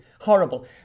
Horrible